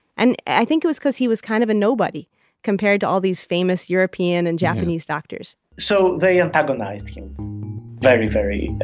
and i think it was because he was kind of a nobody compared to all these famous european and japanese doctors so they antagonized him very, very